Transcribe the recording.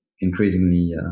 increasingly